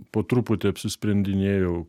po truputį apsisprendinėjau